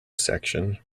section